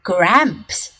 Gramps